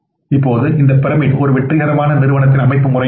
இப்போது இந்த பிரமிட் ஒரு வெற்றிகரமான நிறுவனத்தின் அமைப்பு முறை எனலாம்